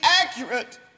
accurate